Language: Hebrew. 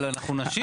אנחנו נשיב.